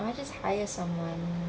I'll just hire someone